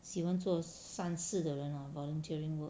喜欢做善事的人 hor volunteering work